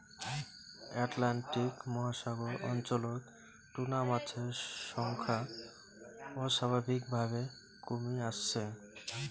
Atlantic মহাসাগর অঞ্চলত tuna মাছের সংখ্যা অস্বাভাবিকভাবে কমি আসছে